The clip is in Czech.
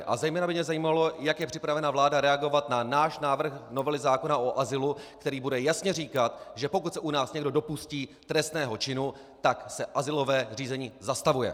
A zejména by mě zajímalo, jak je připravena vláda reagovat na náš návrh novely zákona o azylu, který bude jasně říkat, že pokud se u nás někdo dopustí trestného činu, tak se azylové řízení zastavuje.